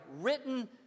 written